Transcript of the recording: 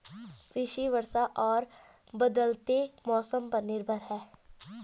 कृषि वर्षा और बदलते मौसम पर निर्भर है